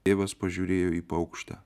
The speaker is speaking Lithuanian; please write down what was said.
tėvas pažiūrėjo į paukštę